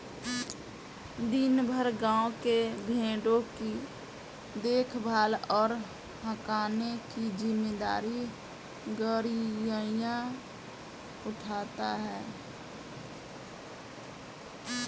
दिन भर गाँव के भेंड़ों की देखभाल और हाँकने की जिम्मेदारी गरेड़िया उठाता है